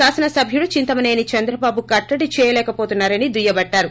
శాసన సబ్యుడు చింతమనేనిని చంద్రబాబు కట్టడి చేయలేకపోతున్నా రని దుయ్యబట్టారు